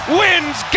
wins